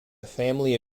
family